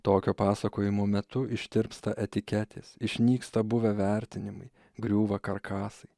tokio pasakojimo metu ištirpsta etiketės išnyksta buvę vertinimai griūva karkasai